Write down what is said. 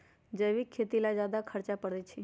जैविक खेती ला ज्यादा खर्च पड़छई?